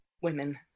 Women